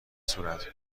صورت